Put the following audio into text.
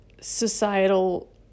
societal